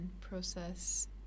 process